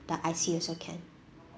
the I_C also can